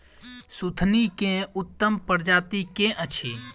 सुथनी केँ उत्तम प्रजाति केँ अछि?